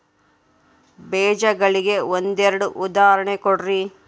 ಬೇಜಗಳಿಗೆ ಒಂದೆರಡು ಉದಾಹರಣೆ ಕೊಡ್ರಿ?